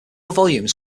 volumes